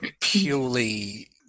purely